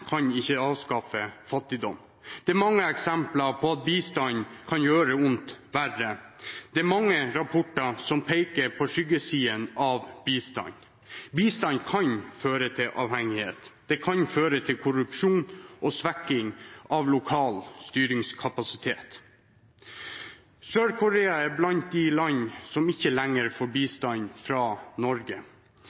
kan ikke avskaffe fattigdom. Det er mange eksempler på at bistand kan gjøre vondt verre. Det er mange rapporter som peker på skyggesidene av bistand. Bistand kan føre til avhengighet, korrupsjon og svekking av lokal styringskapasitet. Sør-Korea er blant de landene som ikke lenger får bistand fra Norge.